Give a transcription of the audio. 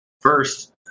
First